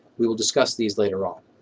we will discuss these later on.